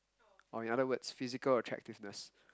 or in other words physical attractiveness